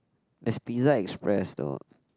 there's Pizza-Express though